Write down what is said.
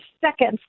seconds